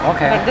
Okay